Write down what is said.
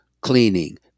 cleaning